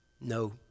no